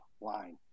line